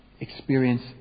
experience